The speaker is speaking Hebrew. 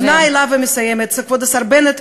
פונה אליו ומסיימת: כבוד השר בנט,